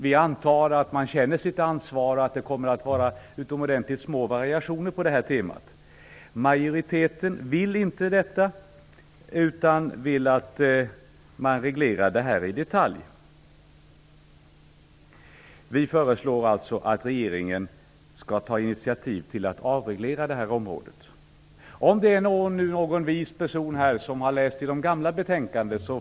Vi antar att man känner sitt ansvar och att variationerna kommer att vara utomordentligt små. Majoriteten vill inte gå med på detta utan man vill att läsårsindelningen skall regleras i detalj. Vi föreslår alltså att regeringen skall ta initiativ till en avreglering på det här området.